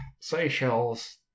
Seychelles